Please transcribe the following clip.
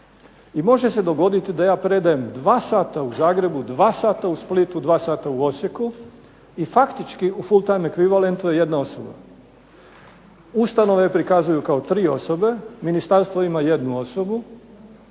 I može se dogoditi da ja predajem 2 sata u Zagrebu, 2 sata u Splitu, 2 sata u Osijeku i faktički u je jedna osoba. Ustanova full time equivalent prikazuju kao tri osobe, ministarstvo ima jednu osobu